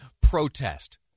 protest